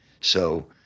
So-